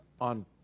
on